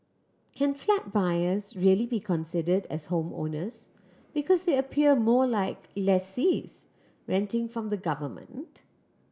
can flat buyers really be considered as homeowners because they appear more like lessees renting from the government